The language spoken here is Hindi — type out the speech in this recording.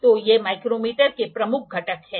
तो ये माइक्रोमीटर के प्रमुख घटक हैं